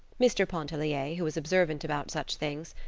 mr. pontellier, who was observant about such things,